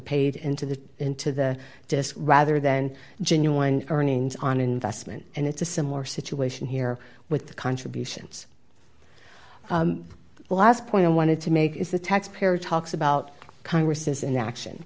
paid into the into the disc rather than genuine earnings on investment and it's a similar situation here with the contributions last point i wanted to make is the tax payer talks about congress's inaction